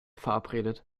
verabredet